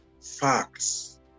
facts